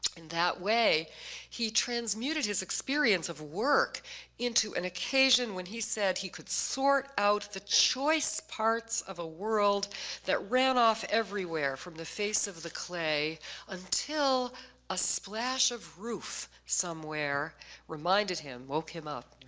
in that way he transmuted his experience of work into an occasion when he said he could sort out the choice parts of a world that ran off everywhere from the face of the clay until a splash of roof somewhere reminded him, woke him up,